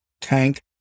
tank